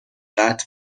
قطع